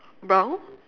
brown